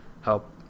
help